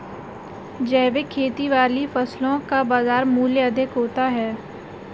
जैविक खेती वाली फसलों का बाजार मूल्य अधिक होता है